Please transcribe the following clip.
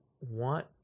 want